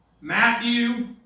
Matthew